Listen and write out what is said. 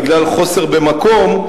בגלל חוסר מקום,